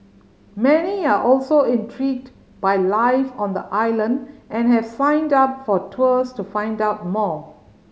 many are also intrigued by life on the island and have signed up for tours to find out more